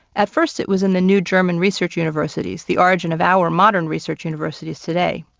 at first, it was in the new german research universities, the origin of our modern research universities today.